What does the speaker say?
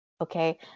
okay